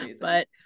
but-